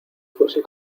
fuese